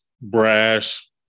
brash